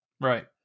Right